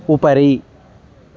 उपरि